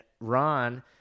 Ron